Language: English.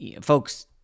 folks